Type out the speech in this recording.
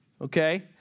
Okay